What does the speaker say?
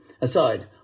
Aside